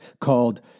called